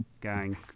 gang